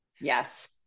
Yes